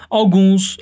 alguns